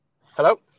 Hello